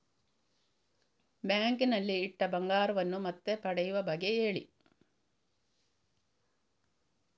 bank ನಲ್ಲಿ ಇಟ್ಟ ಬಂಗಾರವನ್ನು ಮತ್ತೆ ಪಡೆಯುವ ಬಗ್ಗೆ ಹೇಳಿ